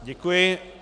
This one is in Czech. Děkuji.